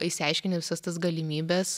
išsiaiškini visas tas galimybes